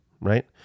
right